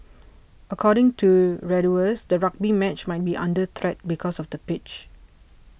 according to Reuters the rugby match might be under threat because of the pitch